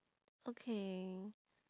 okay